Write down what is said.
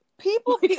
People